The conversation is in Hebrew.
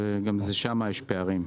גם שם יש פערים.